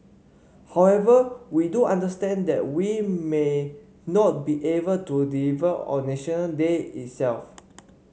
however we do understand that we may not be able to deliver on National Day itself